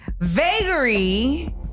Vagary